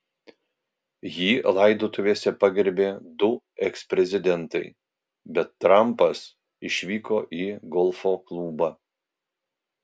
jį laidotuvėse pagerbė du eksprezidentai bet trampas išvyko į golfo klubą